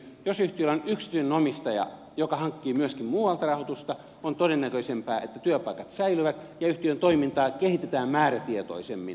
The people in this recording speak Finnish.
jos yhtiöllä on yksityinen omistaja joka hankkii myöskin muualta rahoitusta on todennäköisempää että työpaikat säilyvät ja yhtiön toimintaa kehitetään määrätietoisemmin